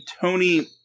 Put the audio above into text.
Tony